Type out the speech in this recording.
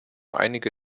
einige